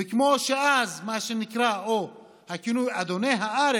וכמו שאז מה שנקרא בכינוי "אדוני הארץ"